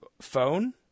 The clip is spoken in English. phone